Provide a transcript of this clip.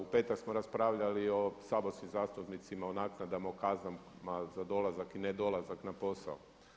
U petak smo raspravljali o saborskim zastupnicima, o naknadama o kaznama za dolazak i nedolazak na posao.